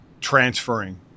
transferring